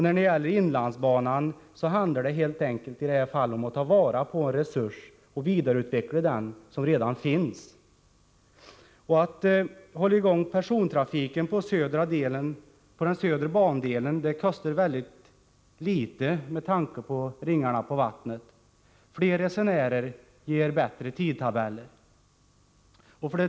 När det gäller inlandsbanan handlar det om att ta vara på en resurs som redan finns och vidareutveckla den. Att hålla i gång persontrafiken på den södra bandelen kostar mycket litet med tanke på ringarna på vattnet. Fler resenärer ger bättre tidtabeller.